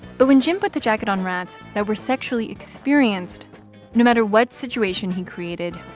but when jim put the jacket on rats that were sexually experienced no matter what situation he created,